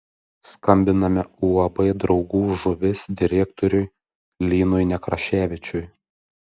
skambiname uab draugų žuvis direktoriui linui nekraševičiui